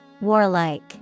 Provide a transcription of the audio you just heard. Warlike